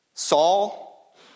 Saul